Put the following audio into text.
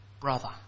brother